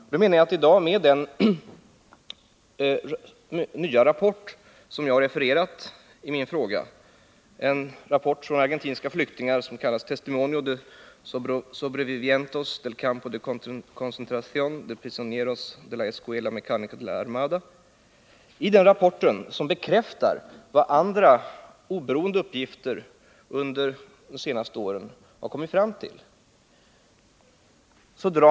Jag menar att den nya rapport från argentinska flyktingar som jag refererat i min fråga — Testimonio de sobrevivientes del campo de concentracion de prisioneros de la escuela mecanica de la armada — bekräftar vad andra oberoende uppgifter under de senaste åren kommit fram till.